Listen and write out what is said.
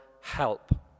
help